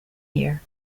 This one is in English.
here